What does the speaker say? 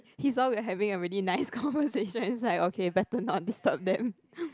he's saw we having a really nice conversation inside okay better not disturb them